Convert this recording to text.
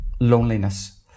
loneliness